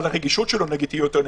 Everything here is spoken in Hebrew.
אבל הרגישות שלו תהיה יותר נמוכה,